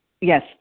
Yes